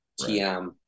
TM